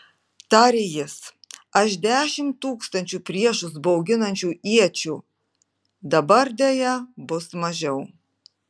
tarė jis aš dešimt tūkstančių priešus bauginančių iečių dabar deja bus mažiau